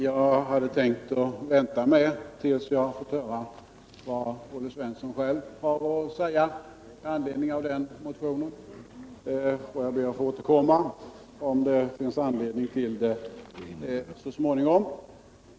Jag hade tänkt vänta med det tills jag fått höra vad Olle Svensson själv har att säga med anledning av motionen, och jag ber att få återkomma om det finns anledning till det.